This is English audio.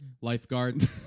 lifeguard